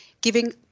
Giving